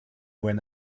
when